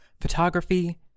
photography